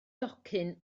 docyn